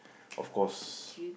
of course